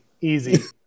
Easy